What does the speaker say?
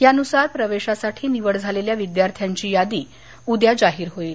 यानुसार प्रवेशासाठी निवड झालेल्या विद्यार्थ्यांची यादी उद्या जाहीर होईल